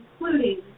including